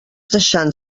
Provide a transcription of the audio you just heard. deixant